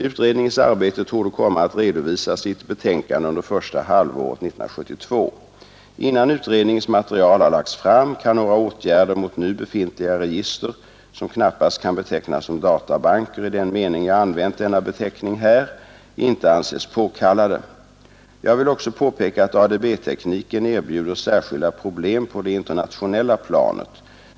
Utredningens arbete torde komma att redovisas i ett betänkande under första halvåret 1972. Innan utredningens material har lagts fram kan några åtgärder mot nu befintliga register — som knappast kan betecknas som databanker i den mening jag använt denna beteckning här — inte anses påkallade. Jag vill också påpeka, att ADB-tekniken erbjuder särskilda problem på det internationella planet.